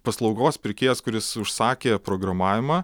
paslaugos pirkėjas kuris užsakė programavimą